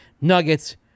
Nuggets